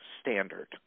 standard